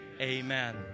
Amen